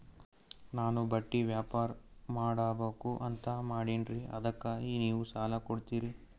ನಾನು ಬಟ್ಟಿ ವ್ಯಾಪಾರ್ ಮಾಡಬಕು ಅಂತ ಮಾಡಿನ್ರಿ ಅದಕ್ಕ ನೀವು ಸಾಲ ಕೊಡ್ತೀರಿ?